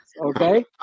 okay